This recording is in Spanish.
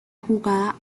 jugada